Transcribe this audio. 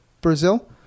Brazil